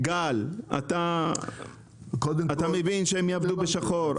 גל, אתה מבין שהם יעבדו בשחור?